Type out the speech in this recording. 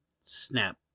snap